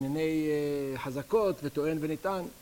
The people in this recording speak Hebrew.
מני חזקות וטוען וניתן